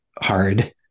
hard